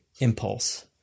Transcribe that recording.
impulse